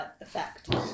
effect